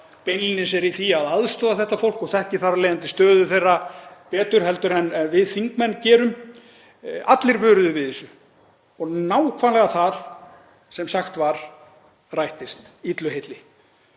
beinlínis er í því að aðstoða þetta fólk og þekkir þar af leiðandi stöðu þess betur en við þingmenn gerum. Allir vöruðu við þessu og nákvæmlega það sem var sagt rættist illu heilli.